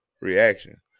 reaction